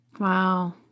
Wow